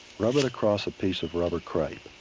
rub it across a piece of rubber crepe.